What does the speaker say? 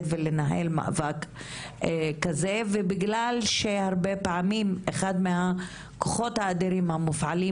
ולנהל מאבק שכזה ובגלל שהרבה פעמים אחד מהכוחות האדירים המופעלים